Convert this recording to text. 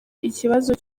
ikibazo